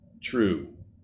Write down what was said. true